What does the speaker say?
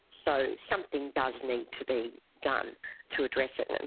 so something does need to be done to address it. and